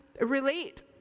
relate